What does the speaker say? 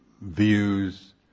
views